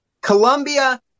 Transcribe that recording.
Colombia